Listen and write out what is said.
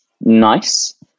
nice